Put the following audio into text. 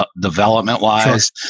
development-wise